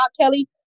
Kelly